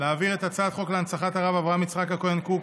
להעביר את הצעת חוק להנצחת הרב אברהם יצחק הכהן קוק